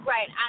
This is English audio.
Right